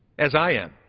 as i am.